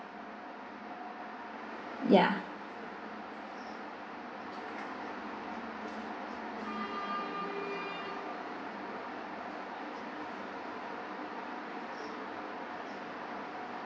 ya